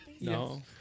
No